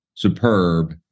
superb